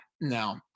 no